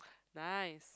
nice